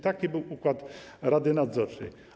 Taki był układ rady nadzorczej.